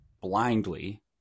blindly